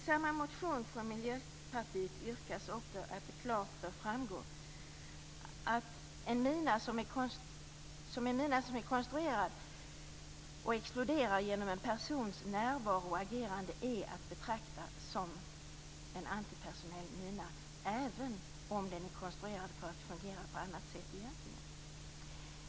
I en motion från Miljöpartiet yrkas att det klart bör framgå att en mina som exploderar genom en persons närvaro och agerande är att betrakta som en antipersonell mina, även om den egentligen är konstruerad för att fungera på annat sätt.